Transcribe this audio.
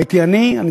היה אני.